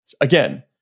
again